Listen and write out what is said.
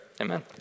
amen